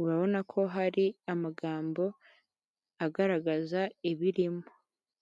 urabona ko hari amagambo agaragaza ibirimo.